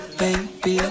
baby